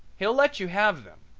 he'll let you have them,